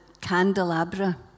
candelabra